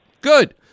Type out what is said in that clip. Good